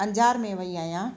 अंजार में वेई आहियां